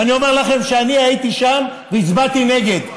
ואני אומר לכם שאני הייתי שם והצבעתי נגד,